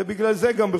ובגלל זה גם,